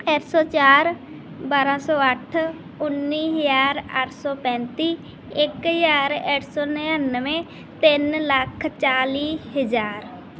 ਇੱਕ ਸੌ ਚਾਰ ਬਾਰਾਂ ਸੌ ਅੱਠ ਉੱਨੀ ਹਜ਼ਾਰ ਅੱਠ ਸੌ ਪੈਂਤੀ ਇੱਕ ਹਜ਼ਾਰ ਇੱਕ ਸੌ ਨੜਿਨਵੇਂ ਤਿੰਨ ਲੱਖ ਚਾਲੀ ਹਜ਼ਾਰ